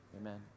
Amen